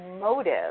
motive